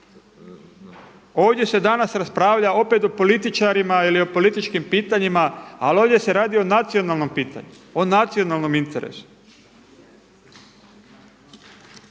Ovdje se danas raspravlja opet o političarima ili o političkim pitanjima, ali ovdje se radi o nacionalnom pitanju o nacionalnom interesu.